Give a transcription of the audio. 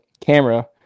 camera